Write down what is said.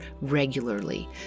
regularly